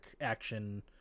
action